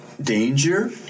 danger